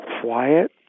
quiet